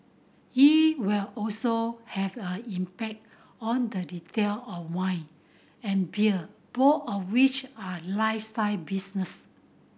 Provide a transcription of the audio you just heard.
it will also have a impact on the retail of wine and beer both of which are lifestyle business